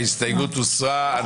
ההסתייגות הוסרה.